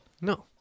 No